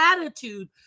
attitude